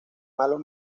malos